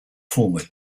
former